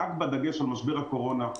רק בדגש על משבר הקורונה,